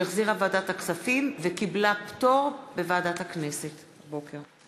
שהחזירה ועדת הכספים וקיבלה פטור בוועדת הכנסת הבוקר.